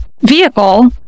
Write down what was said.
vehicle